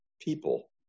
people